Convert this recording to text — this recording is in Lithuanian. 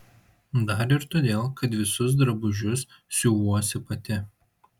dar ir todėl kad visus drabužius siuvuosi pati